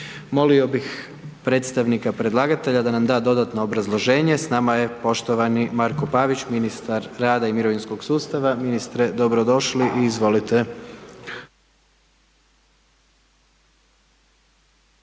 Molio bih predstavnika predlagatelja da nam da dodatno obrazloženje, s nama je poštovani Marko Pavić, ministar rada i mirovinskog sustava. Ministre, dobrodošli i izvolite.